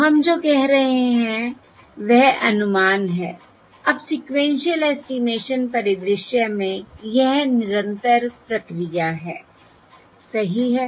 तो हम जो कह रहे हैं वह अनुमान है अब सीक्वेन्शिअल एस्टिमेशन परिदृश्य में यह निरंतर प्रक्रिया है सही है